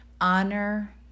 Honor